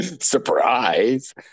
Surprise